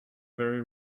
very